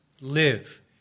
live